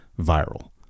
viral